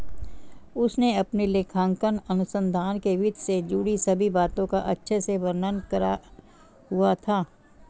उसने अपने लेखांकन अनुसंधान में वित्त से जुड़ी सभी बातों का अच्छे से वर्णन करा हुआ था